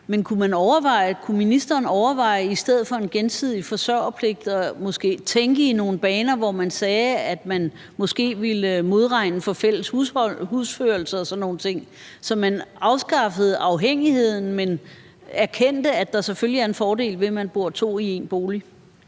Men kunne ministeren overveje i stedet for en gensidig forsørgerpligt måske at tænke i nogle baner, hvor man sagde, at man ville modregne for fælles husførelse og sådan nogle ting, så man afskaffede afhængigheden, men erkendte, at der selvfølgelig er en fordel ved, at man bor to i én bolig?